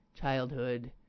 childhood